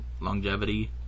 longevity